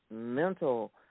mental